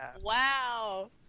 Wow